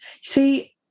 See